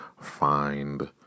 find